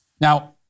Now